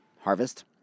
harvest